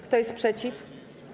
Kto jest przeciw?